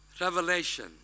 Revelation